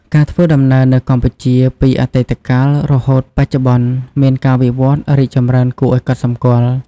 ការធ្វើដំណើរនៅកម្ពុជាពីអតីតកាលរហូតបច្ចុប្បន្ន មានការវិវត្តន៍រីកចម្រើនគួរឲ្យកត់សម្គាល់ ។